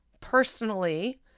personally